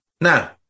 Now